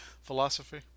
philosophy